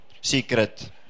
secret